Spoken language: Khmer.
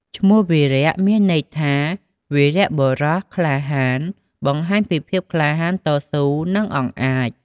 ឈ្មោះវីរៈ មានន័យថាវីរបុរស ក្លាហាន បង្ហាញពីភាពក្លាហាន តស៊ូ និង អង់អាច។